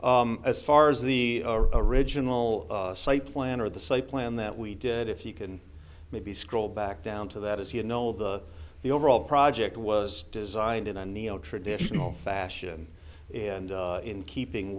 as far as the original site plan or the site plan that we did if you can maybe scroll back down to that as you know the the overall project was designed in a neo traditional fashion and in keeping